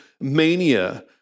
mania